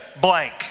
blank